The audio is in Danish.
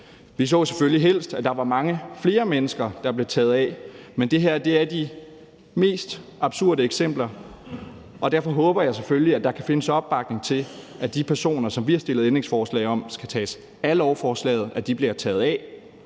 Vi så selvfølgelig helst, at der var mange flere mennesker, der blev taget af, men det her er de mest absurde eksempler, og derfor håber jeg selvfølgelig, at der kan findes opbakning til, at de personer, som vi har stillet ændringsforslag om skal tages af lovforslaget, bliver taget af,